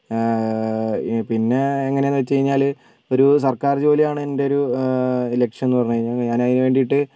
പിന്നെ എങ്ങനെ എന്ന് വെച്ചുകഴിഞ്ഞാൽ ഒരു സർക്കാർ ജോലിയാണ് എൻ്റെ ഒരു ലക്ഷ്യം എന്ന് പറഞ്ഞ് കഴിഞ്ഞാൽ ഞാൻ അതിനുവേണ്ടിയിട്ട്